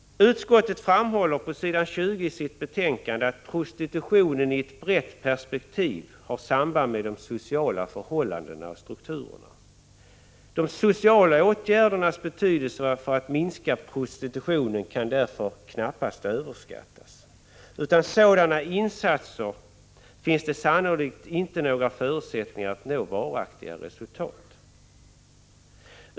Utskottet framhåller på s. 20 i betänkandet att prostitutionen i ett brett perspektiv har samband med de sociala förhållandena och strukturerna. De sociala åtgärdernas betydelse för att minska prostitutionen kan därför knappast överskattas; utan sådana insatser finns det sannolikt inte några förutsättningar att nå varaktiga resultat.